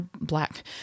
black